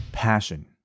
passion